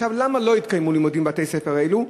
למה לא התקיימו לימודים בבתי-הספר האלה?